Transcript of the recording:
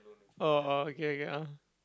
oh oh okay okay ah